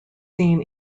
seen